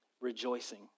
rejoicing